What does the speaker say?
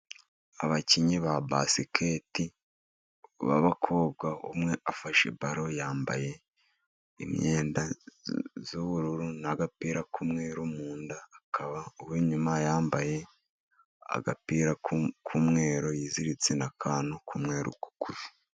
Abakinnyi ba basiketi b'abakobwa. Umwe afashe balo yambaye imyenda y'ubururu n'agapira k'umweru mu nda. Akaba uw'inyuma yambaye agapira k'umweru, yiziritse n'akantu k'umweru ku ivi.